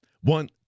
One